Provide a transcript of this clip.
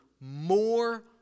more